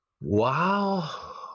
Wow